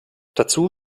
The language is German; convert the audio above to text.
dazu